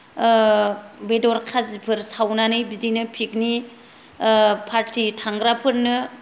बेदर खाजिफोर सावनानै बिदिनो फिकनिक पार्ति थांग्राफोरनो